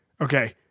okay